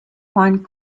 find